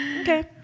Okay